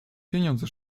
pieniądze